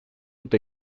eta